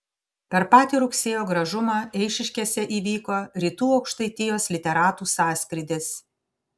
per patį rugsėjo gražumą eišiškėse įvyko rytų aukštaitijos literatų sąskrydis